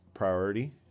Priority